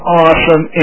awesome